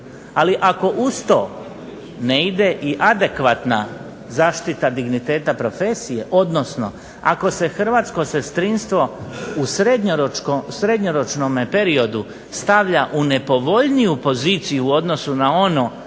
ali ako uz to ne ide i adekvatna zaštita digniteta profesije, odnosno ako se hrvatsko sestrinstvo u srednjeročnom periodu stavlja u nepovoljniju poziciju u odnosu na ono